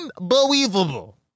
Unbelievable